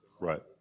Right